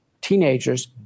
teenagers